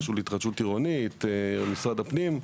לרשות להתחדשות עירונית ולמשרד הפנים.